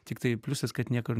tiktai pliusas kad nieko